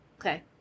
Okay